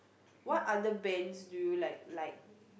what other bands do you like like